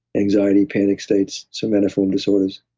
anxiety, panic states, somatoform disorders,